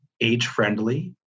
age-friendly